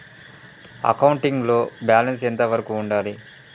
Accounting లో balance ఎంత వరకు ఉండాలి?